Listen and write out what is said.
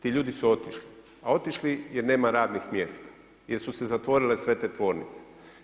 Ti ljudi su otišli, a otišli jer nema radnih mjesta, jer su se zatvorile sve te tvornice.